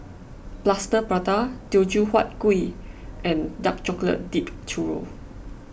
Plaster Prata Teochew Huat Kuih and Dark Chocolate Dipped Churro